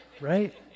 right